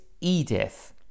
Edith